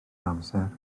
amser